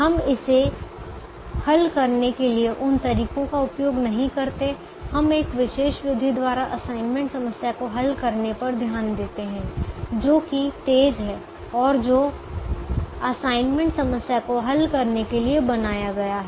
हम इसे हल करने के लिए उन तरीकों का उपयोग नहीं करते हम एक विशेष विधि द्वारा असाइनमेंट समस्या को हल करने पर ध्यान देते हैं जो कि तेज है और जो असाइनमेंट समस्या को हल करने के लिए बनाया गया है